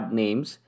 names